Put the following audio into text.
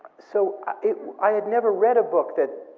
so i had never read a book that